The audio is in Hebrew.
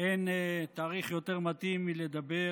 אין תאריך יותר מתאים מלדבר